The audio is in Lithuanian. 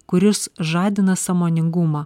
kuris žadina sąmoningumą